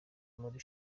muri